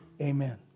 Amen